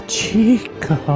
Chica